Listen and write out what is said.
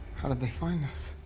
how did they find us?